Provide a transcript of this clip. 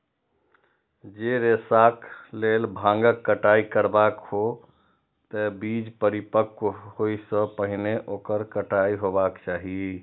जौं रेशाक लेल भांगक कटाइ करबाक हो, ते बीज परिपक्व होइ सं पहिने ओकर कटाइ हेबाक चाही